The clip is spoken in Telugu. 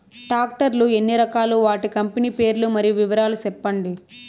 టాక్టర్ లు ఎన్ని రకాలు? వాటి కంపెని పేర్లు మరియు వివరాలు సెప్పండి?